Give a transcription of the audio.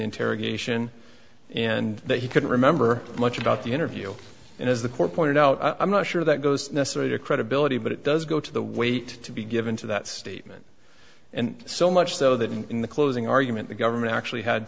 interrogation and that he couldn't remember much about the interview and as the court pointed out i'm not sure that goes necessary to credibility but it does go to the weight to be given to that statement and so much so that in the closing argument the government actually had